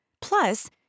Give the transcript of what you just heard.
Plus